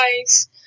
guys